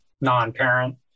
non-parent